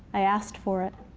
i asked for it.